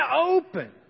open